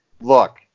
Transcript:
Look